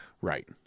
Right